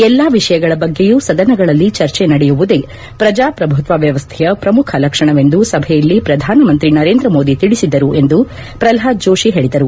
ಎಲ್ಲಾ ವಿಷಯಗಳ ಬಗ್ಗೆಯೂ ಸದನಗಳಲ್ಲಿ ಚರ್ಚೆ ನಡೆಯುವುದೇ ಪ್ರಜಾಪ್ರಭುತ್ವ ವ್ಯವಸ್ಥೆಯ ಪ್ರಮುಖ ಲಕ್ಷಣವೆಂದು ಸಭೆಯಲ್ಲಿ ಪ್ರಧಾನಮಂತ್ರಿ ನರೇಂದ್ರ ಮೋದಿ ತಿಳಿಸಿದರು ಎಂದು ಪ್ರಹ್ಲಾದ್ ಜೋಶಿ ಹೇಳಿದರು